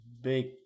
big